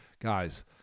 guys